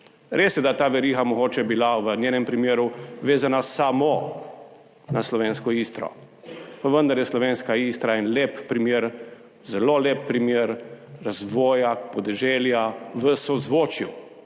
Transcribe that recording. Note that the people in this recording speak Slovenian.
Res je, da je ta veriga mogoče bila v njenem primeru vezana samo na slovensko Istro, pa vendar je slovenska Istra en lep primer, zelo lep primer razvoja podeželja v sozvočju